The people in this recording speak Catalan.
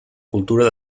cultura